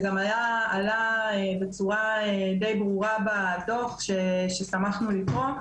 זה גם עלה בצורה די ברורה בדוח ששמחנו לקרוא,